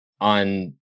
on